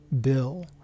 bill